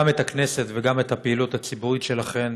גם את הכנסת וגם את הפעילות הציבורית שלכן,